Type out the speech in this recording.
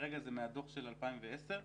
זה מהדוח של 2010?